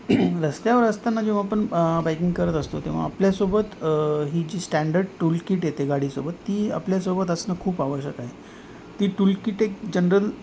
रस्त्यावर असताना जेव्हा आपण बाईकिंग करत असतो तेव्हा आपल्यासोबत ही जी स्टँडर्ड टूल किट येते गाडीसोबत ती आपल्यासोबत असणं खूप आवश्यक आहे ती टूल किट एक जनरल